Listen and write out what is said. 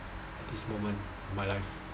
at this moment in my life